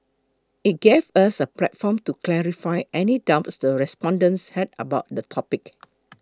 it gave us a platform to clarify any doubts the respondents had about the topic